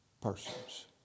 persons